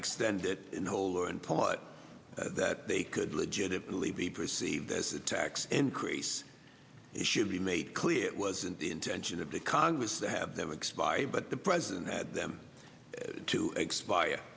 extend it in whole or in pause that they could legitimately be perceived as a tax increase should be made clear it wasn't the intention of the congress to have them expire but the president had them to expire